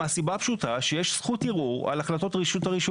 מהסיבה הפשוטה שיש זכות ערעור על החלטות רשות הרישוי